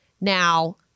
Now